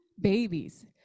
babies